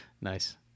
Nice